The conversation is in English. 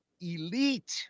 elite